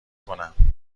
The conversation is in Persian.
کنم